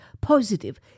positive